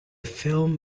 film